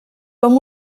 com